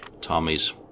Tommy's